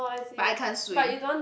but I can't swim